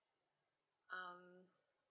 um